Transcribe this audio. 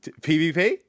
PVP